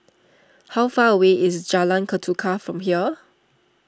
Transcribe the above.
how far away is Jalan Ketuka from here